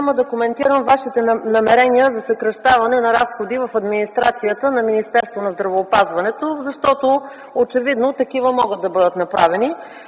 да коментирам Вашите намерения за съкращаване на разходи в администрацията на Министерството на здравеопазването, защото очевидно такива могат да бъдат направени,